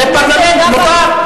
זה פרלמנט, מותר.